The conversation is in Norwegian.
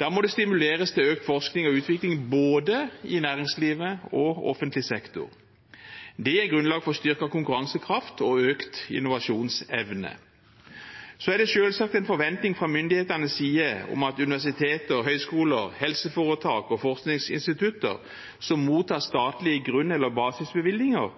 Da må det stimuleres til økt forskning og utvikling, både i næringslivet og i offentlig sektor. Det gir grunnlag for styrket konkurransekraft og økt innovasjonsevne. Så er det selvsagt en forventning fra myndighetenes side om at universiteter, høgskoler, helseforetak og forskningsinstitutter som mottar statlige grunn- eller basisbevilgninger,